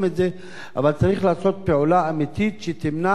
אבל צריך לעשות פעולה אמיתית שתמנע שדברים